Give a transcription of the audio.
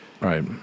Right